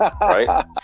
Right